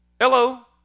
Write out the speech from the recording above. Hello